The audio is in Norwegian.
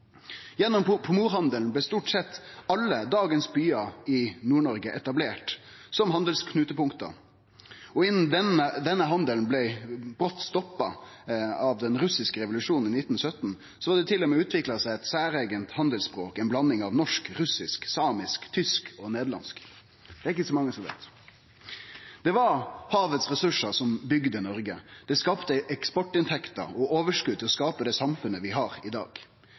Gjennom pomorhandelen blei stort sett alle byane i dagens Nord-Noreg etablerte som handelsknutepunkt, og innan denne handelen blei brått stoppa av den russiske revolusjonen i 1917, hadde det til og med utvikla seg eit særeige handelsspråk – ei blanding av norsk, russisk, samisk, tysk og nederlandsk. Det er det ikkje så mange som veit. Det var ressursane frå havet som bygde Noreg. Dei skapte eksportinntekter og overskot til å skape det samfunnet vi har i dag.